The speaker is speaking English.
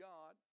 God